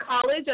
college